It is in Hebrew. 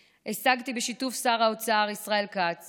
השגתי, בשיתוף שר האוצר ישראל כץ